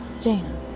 Jaina